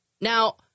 Now